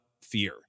fear